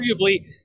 arguably